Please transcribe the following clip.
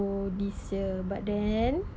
go this year but then